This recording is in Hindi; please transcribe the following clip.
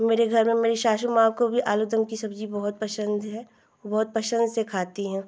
मेरे घर में मेरी सासु माँ को भी आलू दम की सब्ज़ी बहुत पसन्द है वह बहुत पसन्द से खाती हैं